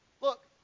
Look